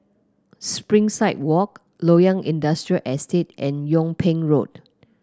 Springside Walk Loyang Industrial Estate and Yung Ping Road